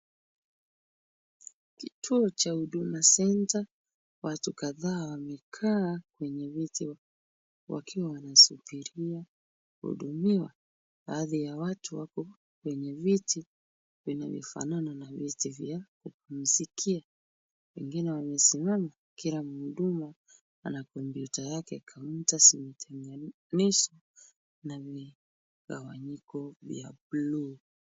Kituo cha Huduma Centre, watu kadhaa wamekaa kwenye viti wakiwa wanasubiria kuhudumiwa. Baadhi ya watu wapo kwenye viti vinayofanana na viti vya kupumzikia, wengine wamesimama. Kila mhudumu ana kompyuta yake. Kaunta zimetenganishwa na migawanyiko vya bluu.